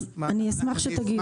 אני אשמח שתגיד.